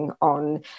on